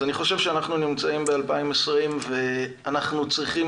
אז אני חושב שאנחנו נמצאים ב-2020 ואנחנו צריכים